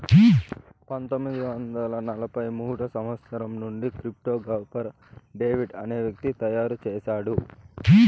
పంతొమ్మిది వందల ఎనభై మూడో సంవచ్చరం నుండి క్రిప్టో గాఫర్ డేవిడ్ అనే వ్యక్తి తయారు చేసాడు